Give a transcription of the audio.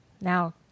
Now